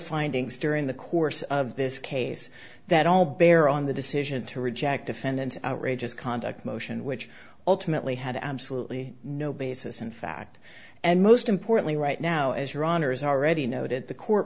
findings during the course of this case that all bear on the decision to reject defendant outrageous conduct motion which ultimately had absolutely no basis in fact and most importantly right now as your honour's already noted the court